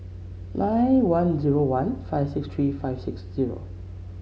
nine one zero one five six three five six zero